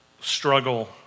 struggle